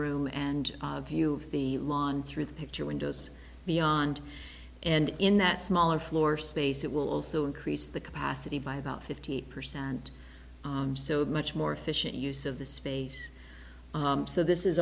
room and view of the lawn through the picture windows beyond and in that smaller floor space it will also increase the capacity by about fifty percent and so much more efficient use of the space so this is